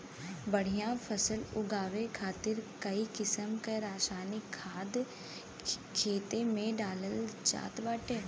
बढ़िया फसल उगावे खातिर कई किसिम क रासायनिक खाद खेते में डालल जात बाटे